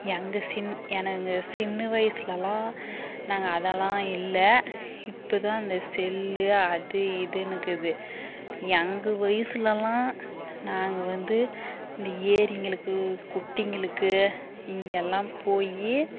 எங்கள் சின் எனங்க சின்ன வயசுலலாம் நாங்கள் அதல்லாம் இல்லை இப்போதான் அந்த செல் அது இதுன்னுக்குது எங்கள் வயசுலலாம் நாங்கள் வந்து இந்த ஏரிங்களுக்கு குட்டைங்களுக்கு இங்கேல்லாம் போய்